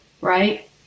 right